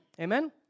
Amen